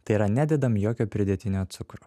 tai yra nededam jokio pridėtinio cukrų